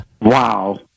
Wow